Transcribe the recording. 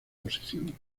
posición